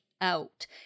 out